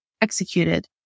executed